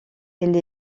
elle